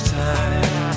time